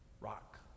rock